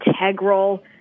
integral